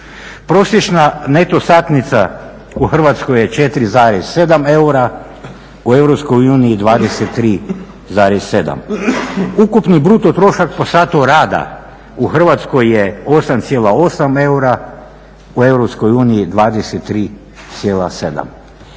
Prosječna neto satnica u Hrvatskoj je 4,7 eura, u Europskoj uniji 23,7. Ukupni bruto trošak po satu rada u Hrvatskoj je 8,8 eura, u Europskoj